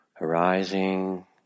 arising